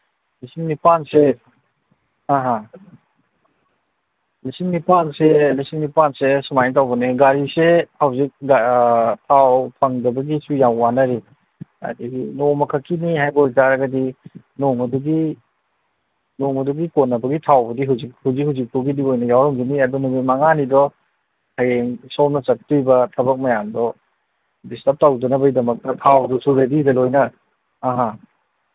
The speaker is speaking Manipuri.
ꯂꯤꯁꯤꯡ ꯅꯤꯄꯥꯟꯁꯦ ꯑ ꯑ ꯂꯤꯁꯤꯡ ꯅꯤꯄꯥꯟꯁꯦ ꯂꯤꯁꯤꯡ ꯅꯤꯄꯥꯟꯁꯦ ꯁꯨꯃꯥꯏ ꯇꯧꯕꯅꯦ ꯒꯥꯔꯤꯁꯦ ꯍꯧꯖꯤꯛ ꯊꯥꯎ ꯐꯪꯗꯕꯒꯤꯁꯨ ꯌꯥꯝ ꯋꯥꯅꯔꯤ ꯑꯗꯒꯤ ꯅꯣꯡꯃꯈꯛꯀꯤꯅꯤ ꯍꯥꯏꯕ ꯑꯣꯏ ꯇꯥꯔꯒꯗꯤ ꯅꯣꯡꯃꯗꯨꯒꯤ ꯅꯣꯡꯃꯗꯨꯒꯤ ꯀꯣꯟꯅꯕꯒꯤ ꯊꯥꯎꯕꯨꯗꯤ ꯍꯧꯖꯤꯛ ꯍꯧꯖꯤꯛ ꯍꯧꯖꯤꯛꯐꯥꯎꯒꯤꯗꯤ ꯑꯣꯏꯅ ꯌꯥꯎꯔꯝꯈꯤꯅꯤ ꯑꯗꯨ ꯅꯨꯃꯤꯠ ꯃꯉꯥꯅꯤꯗꯣ ꯍꯌꯦꯡ ꯁꯣꯝꯅ ꯆꯠꯇꯣꯔꯤꯕ ꯊꯕꯛ ꯃꯌꯥꯝꯗꯣ ꯗꯤꯁꯇꯔꯞ ꯇꯧꯗꯅꯕꯩꯗꯃꯛ ꯊꯥꯎꯗꯨꯁꯨ ꯔꯦꯗꯤꯗ ꯂꯣꯏꯅ ꯑ